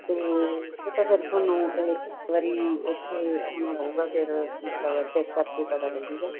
ਤੇ ਇਹ ਤਾਂ ਫਿਰ ਤੁਹਾਨੂੰ ਇਹ ਇੱਕ ਵਾਰੀ ਇਥੇ ਆਉਣਾ ਪਊਗਾ ਫਿਰ ਮਤਲਬ ਚੈੱਕ ਕਰਕੇ ਪਤਾ ਲੱਗੂਗਾ